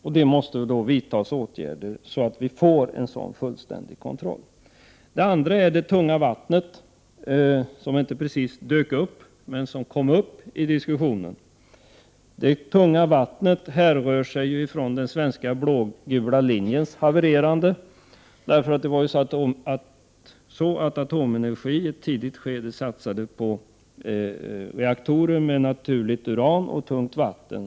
Således måste åtgärder vidtas som är av den arten att vi får en fullständig kontroll. En annan fråga gäller det tunga vattnet, som inte precis dök upp i diskussionen. Frågan kom i varje fall upp. Det tunga vattnet härrör sig från den svenska blågula linjens havererande. AB Atomenergi satsade ju i ett tidigt skede på reaktorer med naturligt uran och tungt vatten.